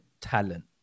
talent